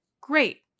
Great